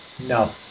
No